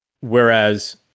Whereas